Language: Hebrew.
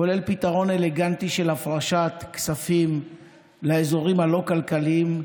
כולל פתרון אלגנטי של הפרשת כספים לאזורים הלא-כלכליים,